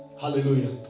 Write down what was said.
Hallelujah